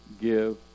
give